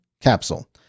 capsule